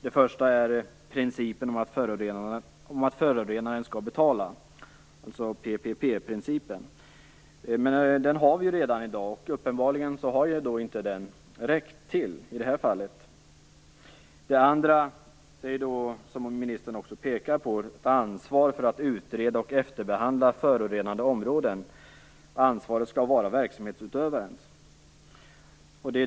Det första är principen om att förorenaren skall betala, den s.k. PPP-principen, men den har vi redan i dag. Uppenbarligen har den inte räckt till i det här fallet. Det andra, som ministern också pekar på, är ett ansvar för att utreda och efterbehandla förorenade områden. Ansvaret skall vara verksamhetsutövarens.